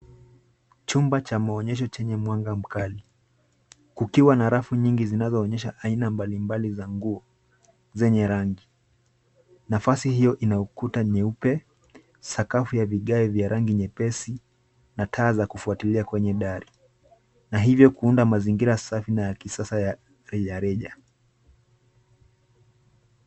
Chumba cha maonyesho chenye mwanga mkali kukiwa na rafu nyingi zinazoonyesha aina mbalimbali za nguo zenye rangi. Nafasi hiyo ina ukuta nyeupe, sakafu ya vigae vya rangi nyepesi na taa za kufuatilia kwenye dari, na hivyo kuunda mazingira safi na ya kisasa ya rejareja.